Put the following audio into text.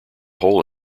hole